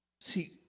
See